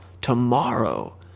tomorrow